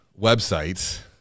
websites